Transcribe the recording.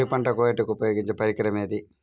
వరి పంట కోయుటకు ఉపయోగించే పరికరం ఏది?